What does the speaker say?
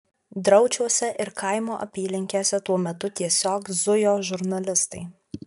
draučiuose ir kaimo apylinkėse tuo metu tiesiog zujo žurnalistai